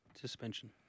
suspension